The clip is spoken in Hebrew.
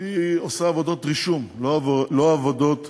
היא עושה עבודות רישום, לא עבודות